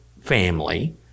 family